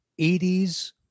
80s